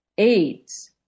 AIDS